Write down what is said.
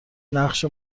نقش